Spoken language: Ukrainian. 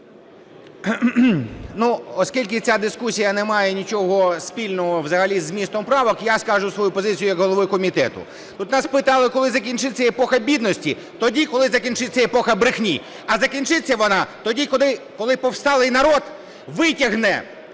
оскільки ця дискусія немає нічого спільного взагалі зі змістом правок, я скажу свою позицію як голова комітету. От у нас питали, коли закінчиться епоха бідності? Тоді, коли закінчиться епоха брехні. А закінчиться вона тоді, коли повсталий народ витягне